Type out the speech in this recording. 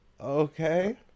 Okay